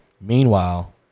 Meanwhile